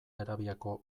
arabiako